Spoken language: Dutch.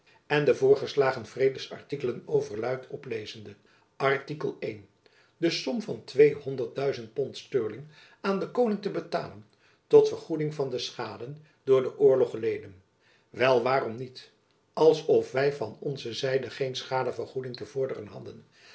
en de voorgeslagen vredes artikelen overluid oplezende artikel i de som van tweehonderd duizend pond sterling aan den koning te betalen tot vergoeding van de schaden door den oorlog geleden wel waarom niet als of wy van onze zijde geen schadevergoeding te vorderen hadden